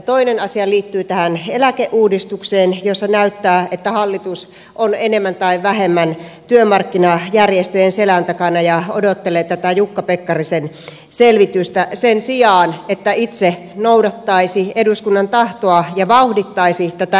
toinen asia liittyy tähän eläkeuudistukseen jossa näyttää että hallitus on enemmän tai vähemmän työmarkkinajärjestöjen selän takana ja odottelee jukka pekkarisen selvitystä sen sijaan että itse noudattaisi eduskunnan tahtoa ja vauhdittaisi eläkeuudistusta